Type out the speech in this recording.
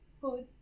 food